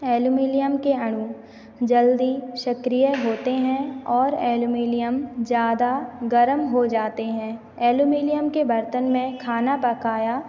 aluminium के अणु जल्दी सक्रिय होते हैं और एलुमिलियम ज़्यादा गर्म हो जाते हैं एलुमिलियम के बर्तन में खाना पकाया